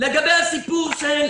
לגבי הסיפור של